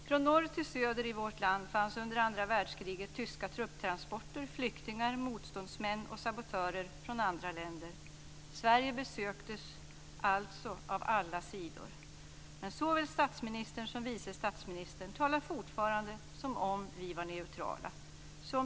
Från norr till söder i vårt land fanns under andra världskriget tyska trupptransporter, flyktingar, motståndsmän och sabotörer från andra länder. Sverige besöktes alltså av alla sidor. Men såväl statsministern som vice statsministern talar fortfarande som om vi var neutrala.